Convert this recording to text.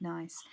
Nice